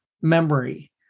memory